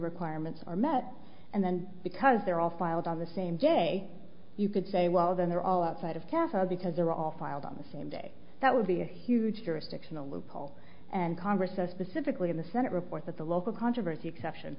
requirements are met and then because they're all filed on the same day you could say well they're all outside of castle because they're all filed on the same day that would be a huge jurisdictional loophole and congress so specifically in the senate report that the local controversy exception